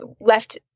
left